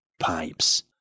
pipes